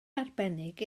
arbennig